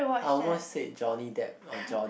I almost say Johnny Depp or John